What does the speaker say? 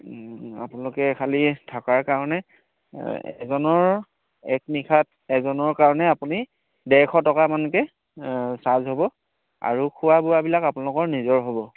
আপোনালোকে খালী থকাৰ কাৰণে এজনৰ এক নিশাত এজনৰ কাৰণে আপুনি ডেৰশ টকামানকৈ চাৰ্জ হ'ব আৰু খোৱা বোৱাবিলাক আপোনালোকৰ নিজৰ হ'ব